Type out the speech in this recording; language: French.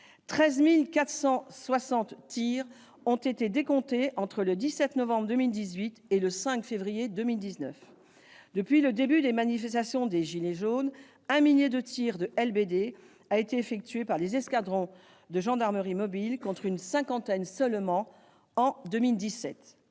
13 460 tirs ont été dénombrés entre le 17 novembre 2018 et le 5 février 2019. Depuis le début des manifestations des « gilets jaunes », un millier de tirs de LBD ont été effectués par les escadrons de gendarmerie mobile, contre une cinquantaine seulement en 2017.